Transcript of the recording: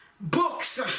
books